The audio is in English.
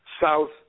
South